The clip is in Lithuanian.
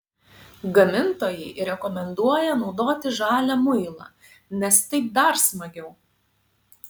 gamintojai rekomenduoja naudoti žalią muilą nes taip dar smagiau